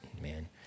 man